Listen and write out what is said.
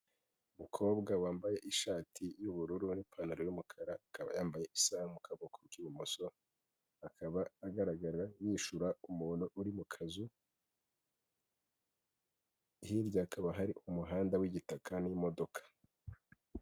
Umukobwa wambaye ishati y'ubururu n'ipantaro y'umukara, akaba yambaye isaha ku kaboko k'ibumoso, akaba agaragara yishura umuntu uri mu kazu, hirya hakaba hari umuhanda w'igitaka n'imodoka.